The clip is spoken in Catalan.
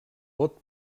vot